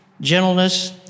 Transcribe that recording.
gentleness